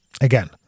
Again